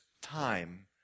time